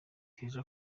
keza